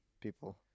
people